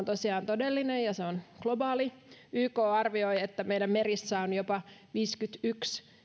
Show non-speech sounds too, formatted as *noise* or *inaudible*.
*unintelligible* tosiaan todellinen ja se on globaali yk arvioi että meidän merissä on jopa viisikymmentäyksi